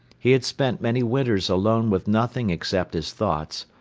he had spent many winters alone with nothing except his thoughts,